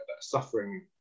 suffering